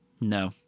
No